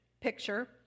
picture